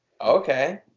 Okay